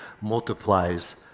multiplies